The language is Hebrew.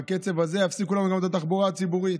בקצב הזה יפסיקו לנו גם את התחבורה הציבורית,